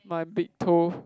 my big toe